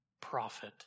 prophet